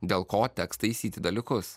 dėl ko teks taisyti dalykus